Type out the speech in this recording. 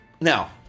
Now